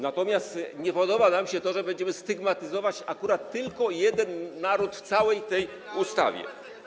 Natomiast nie podoba nam się to, że będziemy stygmatyzować akurat tylko jeden naród w całej tej ustawie.